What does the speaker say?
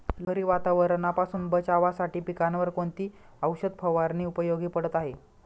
लहरी वातावरणापासून बचावासाठी पिकांवर कोणती औषध फवारणी उपयोगी पडत आहे?